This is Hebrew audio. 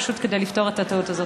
פשוט כדי לפתור את הטעות הזאת.